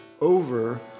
over